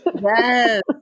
Yes